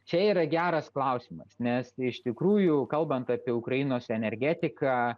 čia yra geras klausimas nes tai iš tikrųjų kalbant apie ukrainos energetiką